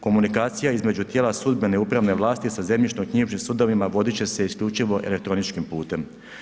Komunikacija između tijela sudbene i upravne vlasti sa zemljišnoknjižnim sudovima, vodit će se isključivo elektroničkim putem.